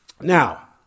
Now